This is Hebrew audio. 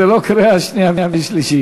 זו לא קריאה שנייה ושלישית.